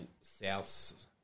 South